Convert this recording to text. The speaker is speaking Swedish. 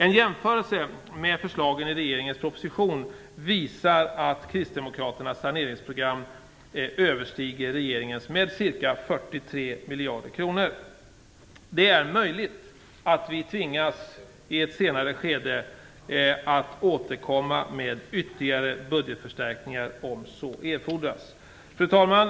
En jämförelse med förslagen i regeringens proposition visar att kristdemokraternas saneringsprogram överstiger regeringens med ca 43 miljarder kronor. Det är möjligt att vi i ett senare skede tvingas att återkomma med ytterligare budgetförstärkningar om så erfordras. Fru talman!